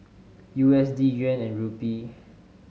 U S D Yuan and Rupee